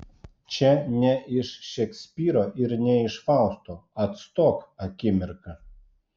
čia ne iš šekspyro ir ne iš fausto atstok akimirka